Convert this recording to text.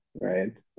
right